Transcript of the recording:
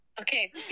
Okay